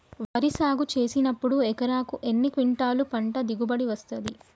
వరి సాగు చేసినప్పుడు ఎకరాకు ఎన్ని క్వింటాలు పంట దిగుబడి వస్తది?